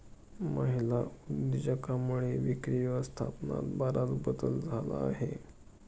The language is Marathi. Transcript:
महिला उद्योजकांमुळे विक्री व्यवस्थापनात बराच बदल झाला आहे